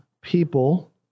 people